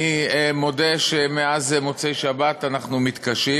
אני מודה שמאז מוצאי-שבת אנחנו מתקשים.